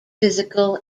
physical